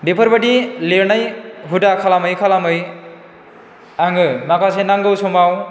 बेफोरबायदि लिरनाय हुदा खालामै खालामै आङो माखासे नांगौ समाव